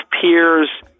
peers